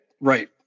right